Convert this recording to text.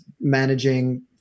managing